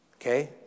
Okay